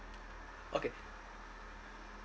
okay